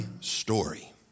story